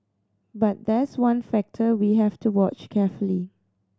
but that's one factor we have to watch carefully